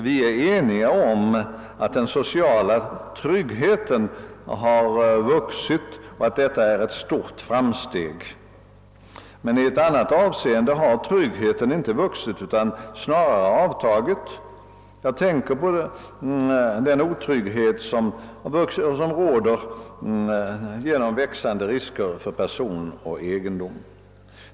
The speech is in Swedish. Vi är eniga om att den sociala tryggheten har vuxit och att detta är ett stort framsteg. Men i ett annat avseende har tryggheten inte vuxit utan snarare avtagit. Jag tänker på den otrygghet som råder genom växande risker för person och egendom.